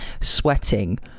sweating